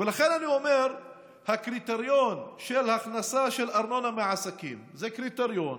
לכן אני אומר שהקריטריון של הכנסה של ארנונה מעסקים הוא קריטריון